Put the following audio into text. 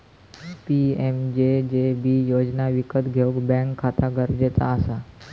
PMJJB योजना विकत घेऊक बॅन्क खाता गरजेचा असा